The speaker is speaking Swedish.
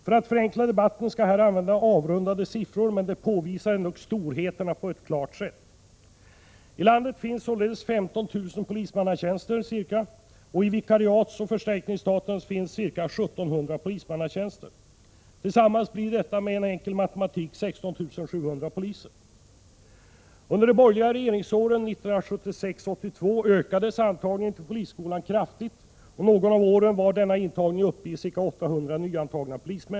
För att förenkla redovisningen skall jag här använda avrundade siffror, men de påvisar ändock storheterna på ett klart sätt. I landet finns ca 15 000 polismanstjänster, och i vikarieoch förstärkningsstaten finns ca 1700 polismanstjänster. Tillsammans blir detta med enkel matematik ca 16 700 poliser. Under de borgerliga regeringsåren 1976-1982 ökades antagningen till polisskolan kraftigt, och något av åren var denna intagning uppe i ca 800 nyantagna.